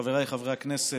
חבריי חברי הכנסת,